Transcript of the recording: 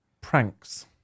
Pranks